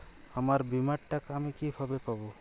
আমার বীমার টাকা আমি কিভাবে পাবো?